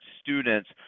students